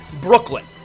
Brooklyn